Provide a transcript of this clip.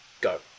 go